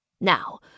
Now